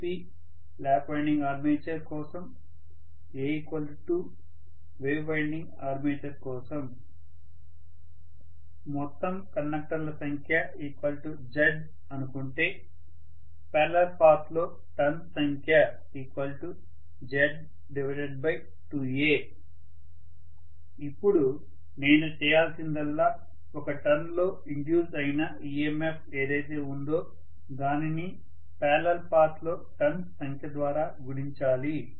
aP lap winding armature కోసం a 2 wave winding armature కోసం మొత్తం కండక్టర్ల సంఖ్య Z అనుకుంటే పారలల్ పాత్ లో టర్న్స్ సంఖ్య Z2a ఇప్పుడు నేను చేయాల్సిందల్లా ఒక టర్న్ లో ఇండ్యూస్ అయిన EMF ఏదైతే ఉందో దానిని పారలల్ పాత్ లో టర్న్స్ సంఖ్య ద్వారా గుణించాలి